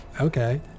okay